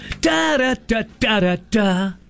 Da-da-da-da-da-da